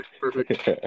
Perfect